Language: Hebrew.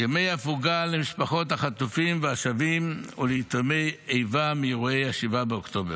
ימי הפוגה למשפחות החטופים והשבים וליתומי איבה מאירועי 7 באוקטובר,